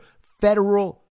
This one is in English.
federal